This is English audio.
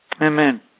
Amen